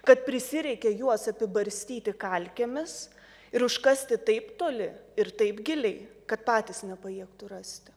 kad prisireikė juos apibarstyti kalkėmis ir užkasti taip toli ir taip giliai kad patys nepajėgtų rasti